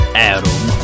Adam